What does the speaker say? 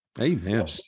Amen